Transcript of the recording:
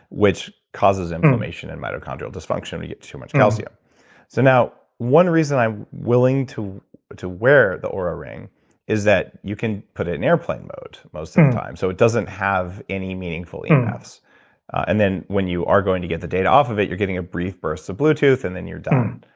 which causes inflammation and mitochondrial dysfunction because you're getting too much calcium so now, one reason i'm willing to to wear the oura ring is that, you can put it in airplane mode most of the time, so it doesn't have any meaningful effects. and then when you are going to get the data off of it, you're getting a brief burst of bluetooth and then you're done.